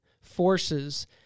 forces